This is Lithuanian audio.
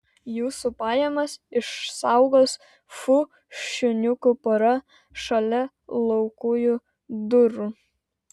jūsų pajamas išsaugos fu šuniukų pora šalia laukujų durų